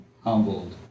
humbled